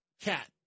Cat